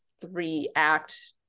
three-act